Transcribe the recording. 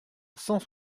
cent